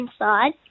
inside